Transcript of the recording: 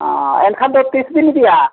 ᱚᱻ ᱮᱱᱠᱷᱟᱱ ᱫᱚ ᱛᱤᱥᱵᱮᱱ ᱤᱫᱤᱭᱟ